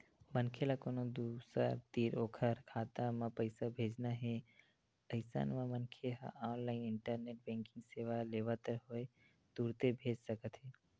मनखे ल कोनो दूसर तीर ओखर खाता म पइसा भेजना हे अइसन म मनखे ह ऑनलाइन इंटरनेट बेंकिंग सेवा लेवत होय तुरते भेज सकत हे